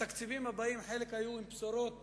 התקציבים הבאים, חלק היו עם בשורות